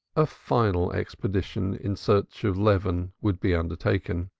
a final expedition in search of leaven would be undertaken.